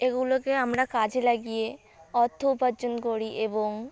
এগুলোকে আমরা কাজে লাগিয়ে অর্থ উপার্জন করি এবং